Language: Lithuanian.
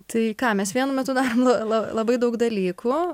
tai ką mes vienu metu darom labai labai daug dalykų